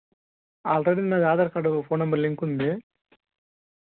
already నాది Aadhaar card phone number link ఉంది